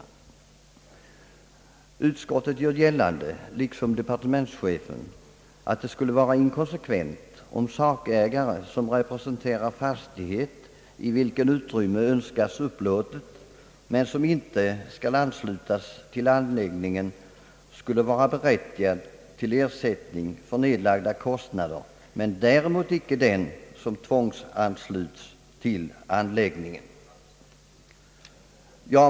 Utskottet gör gällande, liksom departementschefen, att det skulle vara inkonsekvent om en sakägare, som representerar fastighet i vilken utrymme önskas upplåtet men som inte skall anslutas till anläggningen, vore berättigad till ersättning för nedlagda kostnader men däremot inte den som ivångsanslutes till anläggningen.